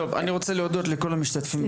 טוב, אני רוצה להודות לכל המשתתפים בדיון.